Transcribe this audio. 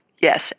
Yes